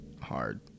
hard